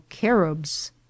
Caribs